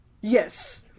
Yes